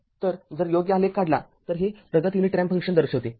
तरजर योग्य आलेख काढला तरहे प्रगत युनिट रॅम्प फंक्शन दर्शविते